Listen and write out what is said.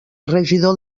regidor